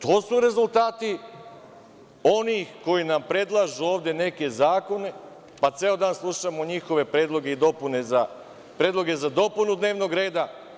To su rezultati onih koji nam predlažu ovde neke zakone, pa ceo dan slušamo njihove predloge za dopunu dnevnog reda.